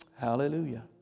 Hallelujah